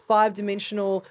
five-dimensional